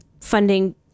funding